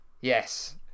Yes